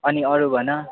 अनि अरू भन